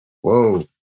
Whoa